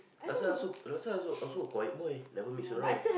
Rasa also Rasa also also quiet mind never mess around